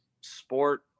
sport